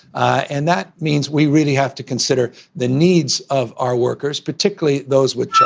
and that means we really have to consider the needs of our workers, particularly those with